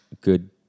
good